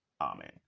Amen